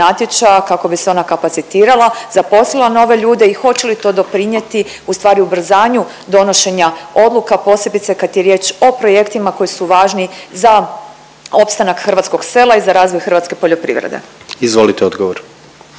kako bi se ona kapacitirala, zaposlila nove ljude i hoće li to doprinijeti ustvari ubrzanju donošenja odluka, posebice kad je riječ o projektima koji su važni za opstanak hrvatskog sela i za razvoj hrvatske poljoprivrede? **Jandroković,